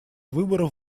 выборов